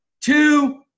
two